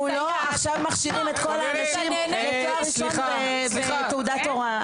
אנחנו לא מכשירים את כל האנשם לתואר ראשון עם תעודת הוראה.